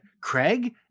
Craig